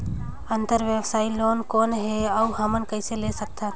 अंतरव्यवसायी लोन कौन हे? अउ हमन कइसे ले सकथन?